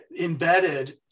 embedded